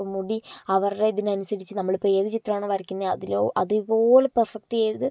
അപ്പോൾ മുടി അവരുടെ ഇതിനനുസരിച്ച് നമ്മളിപ്പോൾ ഏത് ചിത്രാണ് വരക്കുന്നത് അതിലോ അതുപോലെ പെർഫെക്റ്റ് ചെയ്ത്